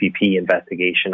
investigation